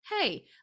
hey